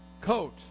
coat